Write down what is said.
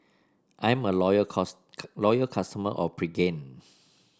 I'm a loyal cos loyal customer of Pregain